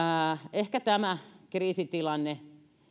ehkä tämä kriisitilanne